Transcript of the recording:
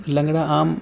لنگڑا آم